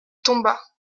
tomba